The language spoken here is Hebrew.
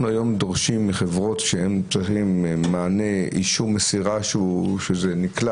אנחנו היום דורשים מחברות מענה אישור מסירה שנקלט.